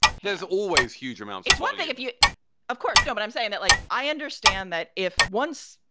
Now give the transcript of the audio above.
there's always huge amount. it's one thing if you of course, don't but i'm saying that like i understand that if once.